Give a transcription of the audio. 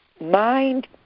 mind